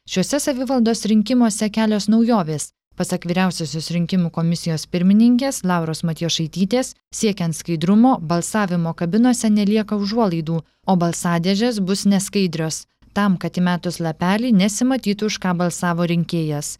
šiuose savivaldos rinkimuose kelios naujovės pasak vyriausiosios rinkimų komisijos pirmininkės lauros matjošaitytės siekiant skaidrumo balsavimo kabinose nelieka užuolaidų o balsadėžės bus neskaidrios tam kad įmetus lapelį nesimatytų už ką balsavo rinkėjas